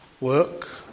work